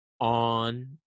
on